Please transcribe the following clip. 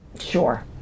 sure